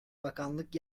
bakanlık